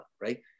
right